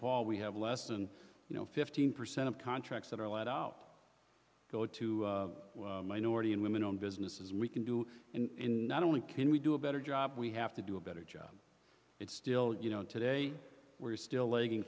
paul we have less than you know fifteen percent of contracts that are laid out go to minority and women owned businesses we can do in not only can we do a better job we have to do a better job it's still you know today we're still lagging